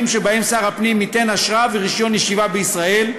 שבהם שר הפנים ייתן אשרה ורישיון ישיבה בישראל,